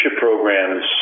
programs